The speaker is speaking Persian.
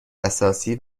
اساسی